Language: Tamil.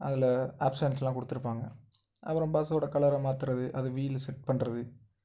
அதில் ஆப்சன்ஸ்லாம் கொடுத்துருப்பாங்க அப்புறம் பஸ்ஸோடய கலரை மாற்றுறது அது வீலை செட் பண்ணுறது